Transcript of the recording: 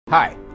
Hi